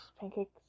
pancakes